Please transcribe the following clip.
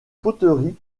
poteries